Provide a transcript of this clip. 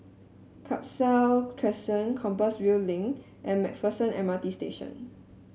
Khalsa Crescent Compassvale Link and MacPherson M R T Station